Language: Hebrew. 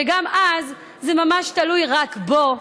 וגם אז זה ממש תלוי רק בו,